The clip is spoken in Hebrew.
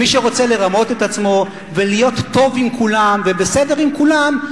מי שרוצה לרמות את עצמו ולהיות טוב עם כולם ובסדר עם כולם,